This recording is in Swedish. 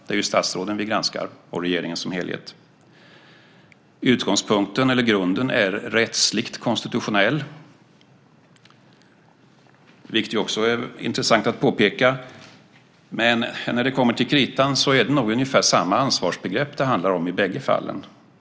Det är ju statsråden och regeringen som helhet som vi granskar. Grunden är rättsligt konstitutionell. Det är intressant att påpeka. Men när det kommer till kritan är det nog ungefär samma ansvarsbegrepp det handlar om i bägge fallen.